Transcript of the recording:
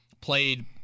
Played